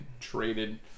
traded